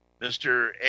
Mr